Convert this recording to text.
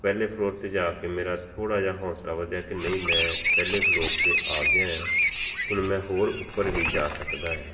ਪਹਿਲੇ ਫਲੋਰ 'ਤੇ ਜਾ ਕੇ ਮੇਰਾ ਥੋੜ੍ਹਾ ਜਿਹਾ ਹੌਂਸਲਾ ਵਧਿਆ ਕਿ ਨਹੀਂ ਮੈਂ ਪਹਿਲੇ ਫਲੋਰ ' ਤੇ ਆ ਗਿਆ ਹਾਂ ਹੁਣ ਮੈਂ ਹੋਰ ਉੱਪਰ ਵੀ ਜਾ ਸਕਦਾ ਹਾਂ